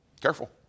Careful